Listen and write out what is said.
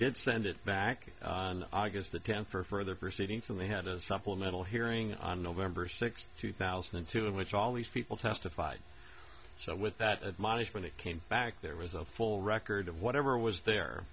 did send it back on august the tenth for further proceedings and they had a supplemental hearing on november sixth two thousand and two in which all these people testified so with that admonished when they came back there was a full record of whatever was there